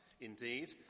indeed